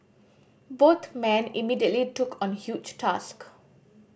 both men immediately took on huge task